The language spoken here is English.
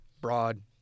Broad